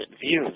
views